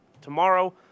tomorrow